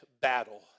battle